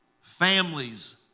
families